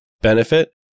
benefit